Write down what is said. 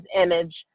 image